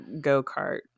go-kart